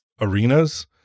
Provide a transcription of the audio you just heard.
arenas